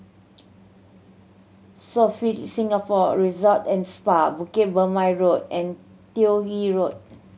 Sofitel Singapore Resort and Spa Bukit Purmei Road and Toh Yi Road